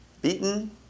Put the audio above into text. Beaten